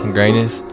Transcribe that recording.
Greatness